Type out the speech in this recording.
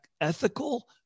ethical